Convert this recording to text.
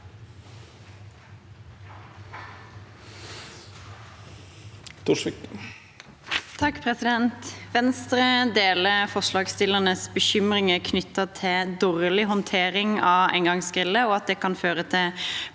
Thorsvik (V) Venstre deler forslagsstillernes bekymringer knyttet til dårlig håndtering av engangsgriller og at det kan føre til